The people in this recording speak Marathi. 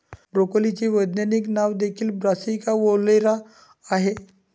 ब्रोकोलीचे वैज्ञानिक नाव देखील ब्रासिका ओलेरा आहे